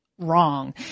wrong